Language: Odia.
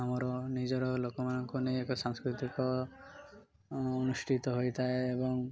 ଆମର ନିଜର ଲୋକମାନଙ୍କୁ ନେଇ ଏକ ସାଂସ୍କୃତିକ ଅନୁଷ୍ଠିତ ହୋଇଥାଏ ଏବଂ